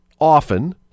often